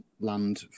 land